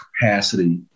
capacity